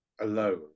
alone